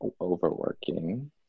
overworking